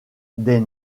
des